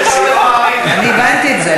אני הבנתי את זה,